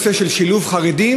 אלא היא הנושא של שילוב חרדים,